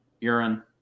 urine